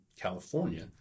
California